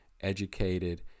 educated